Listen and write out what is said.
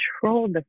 control